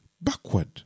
backward